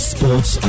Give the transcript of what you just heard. Sports